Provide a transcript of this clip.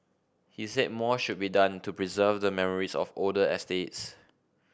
he said more should be done to preserve the memories of older estates